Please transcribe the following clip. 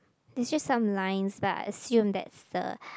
there's just some lines but I assume that's the